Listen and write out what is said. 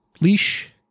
Leash